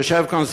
יושב כאן